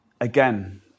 again